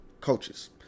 Coaches